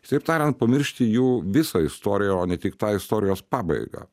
kitaip tariant pamiršti jų visą istoriją o ne tik tą istorijos pabaigą